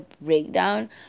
breakdown